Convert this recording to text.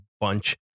bunch